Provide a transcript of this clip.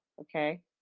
okay